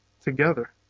together